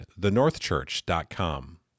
thenorthchurch.com